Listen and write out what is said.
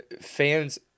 fans